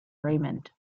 raymond